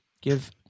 give